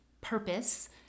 purpose